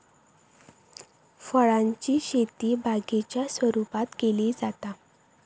फळांची शेती बागेच्या स्वरुपात केली जाता